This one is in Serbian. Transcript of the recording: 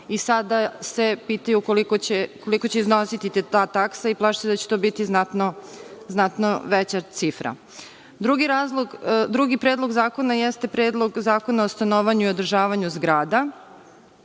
i sada se pitaju koliko će iznositi ta taksa i plaše se da će to biti znatno veća cifra. Drugi predlog zakona jeste Predlog zakona o stanovanju i održavanju zgrada.